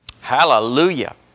Hallelujah